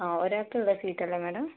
ആ ഒരാൾക്കുള്ള സീറ്റ് അല്ലേ മാഡം